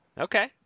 Okay